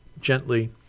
gently